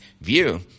view